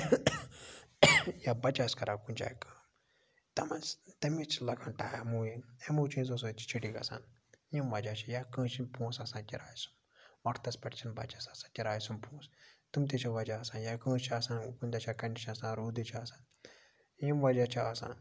یا بَچہٕ آسہِ کَران کُنۍ جایہِ کٲم تَمے چھِ لَگان ٹایم یِمو چیٖزو سۭتۍ چھِ چھُٹی گَژھان یِم وَجہ چھِ یا کٲنٛسہِ چھِنہٕ پونٛسہٕ آسان کِراے سُنٛمب وَقتَس پٮ۪ٹھ چھِنہٕ بَچَس آسان کِراے سُنٛمب پونٛسہٕ تِم تہِ چھِ وَجہ آسان یا کٲنٛسہِ چھِ آسان کُنۍ دۄہ چھےٚ آسان روٗدٕچ چھِ آسان یِم وَجہ چھِ آسان